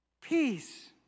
Peace